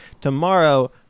tomorrow